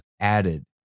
added